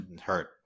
hurt